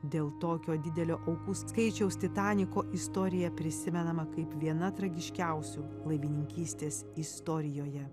dėl tokio didelio aukų skaičiaus titaniko istorija prisimenama kaip viena tragiškiausių laivininkystės istorijoje